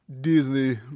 Disney